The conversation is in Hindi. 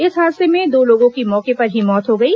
इस हादसे में दो लोगों की मौके पर ही मौत हो गई